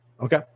Okay